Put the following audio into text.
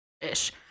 Ish